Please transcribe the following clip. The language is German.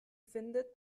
findet